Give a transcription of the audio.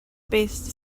based